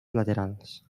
laterals